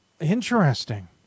Interesting